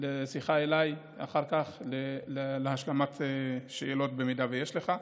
לשיחה אליי אחר כך להשלמת שאלות, אם יש לך.